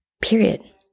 Period